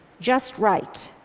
just right.